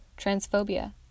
transphobia